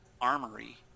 armory